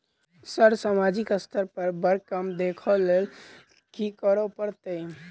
Sir सामाजिक स्तर पर बर काम देख लैलकी करऽ परतै?